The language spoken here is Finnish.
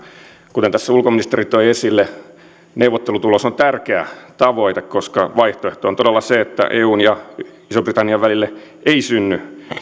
kuten tässä ulkoministeri toi esille neuvottelutulos on tärkeä tavoite koska vaihtoehto on todella se että eun ja ison britannian välille ei synny